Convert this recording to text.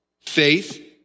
faith